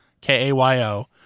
K-A-Y-O